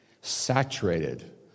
saturated